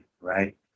right